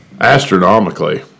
Astronomically